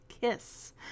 Kiss